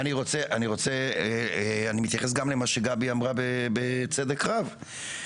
אני מתייחס גם למה שגבי אמרה, בצדק רב.